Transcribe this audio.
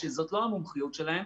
שזאת לא המומחיות שלהם,